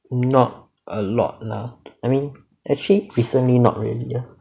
not a lot lah I mean actually recently not really ah